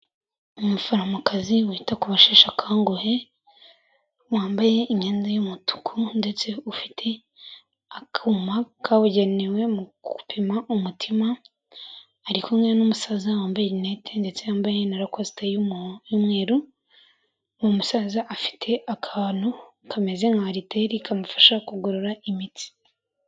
Umuforomokazi wita ku basheshe akanguhe, wambaye imyenda y'umutuku ndetse ufite akuma kabugenewe mu gupima umutima, ari kumwe n'umusaza wambaye rinete ndetse yambaye na rakosta y'umweru, ni umusaza, afite akantu kameze nka aliteri kamufasha kugorora imitsi.